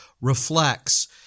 reflects